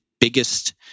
biggest